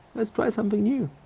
let's try something new.